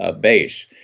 base